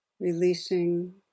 releasing